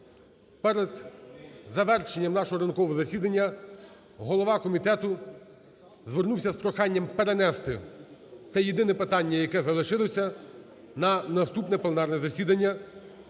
Перед завершенням нашого ранкового засідання голова комітету звернувся з проханням перенести те єдине питання, яке залишилося, на наступне пленарне засідання.